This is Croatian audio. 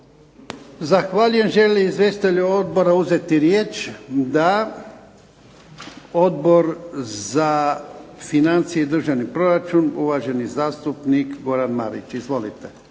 Zahvaljujem. Žele li izvjestitelji odbora uzeti riječ? Da. Odbor za financije i državni proračun uvaženi zastupnik Goran Marić. Izvolite.